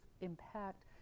impact